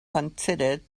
considered